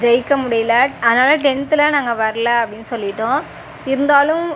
ஜெயிக்க முடியல அதனால் டென்த்தில் நாங்கள் வரல அப்படின்னு சொல்லிவிட்டோம் இருந்தாலும்